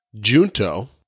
Junto